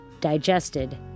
digested